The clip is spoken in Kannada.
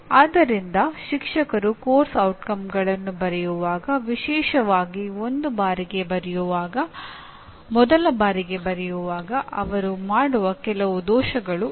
ಆದ್ದರಿಂದ ಶಿಕ್ಷಕರು ಪಠ್ಯಕ್ರಮದ ಪರಿಣಾಮಗಳನ್ನು ಬರೆಯುವಾಗ ವಿಶೇಷವಾಗಿ ಮೊದಲ ಬಾರಿಗೆ ಬರೆಯುವಾಗ ಅವರು ಮಾಡುವ ಕೆಲವು ದೋಷಗಳು ಇವು